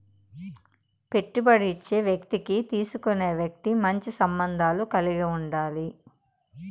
పెట్టుబడి ఇచ్చే వ్యక్తికి తీసుకునే వ్యక్తి మంచి సంబంధాలు కలిగి ఉండాలి